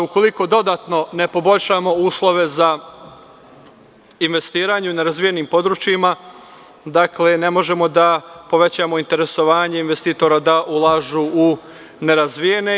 Ukoliko dodatno ne poboljšamo uslove za investiranje u nerazvijenim područjima, ne možemo da povećamo interesovanje investitora da ulažu u nerazvijene.